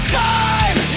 time